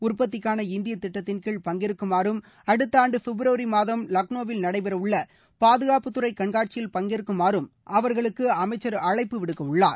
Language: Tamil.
உற்பத்திக்கான இந்திய திட்டத்தின்கீழ் பங்கேற்குமாறும் அடுத்த ஆண்டு பிப்ரவரி மாதம் லக்னோவில் நடைபெறவுள்ள பாதுகாப்புத்துறை கண்காட்சியில் பங்கேற்குமாறும் அவர்களுக்கு அமைச்சர் அழைப்பு விடுக்க உள்ளார்